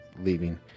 leaving